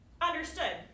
Understood